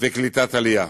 וקליטת עלייה.